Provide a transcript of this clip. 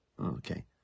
okay